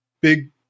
big